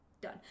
Done